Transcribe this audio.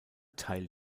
teil